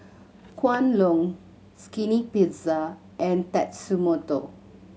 Kwan Loong Skinny Pizza and Tatsumoto